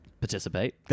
participate